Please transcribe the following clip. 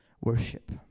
worship